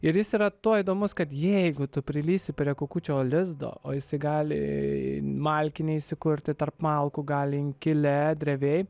ir jis yra tuo įdomus kad jeigu tu prilįsi prie kukučio lizdo o jisai gali malkinėj įsikurti tarp malkų gali inkile drevėj